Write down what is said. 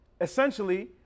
Essentially